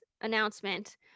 announcement